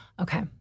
Okay